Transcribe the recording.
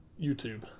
YouTube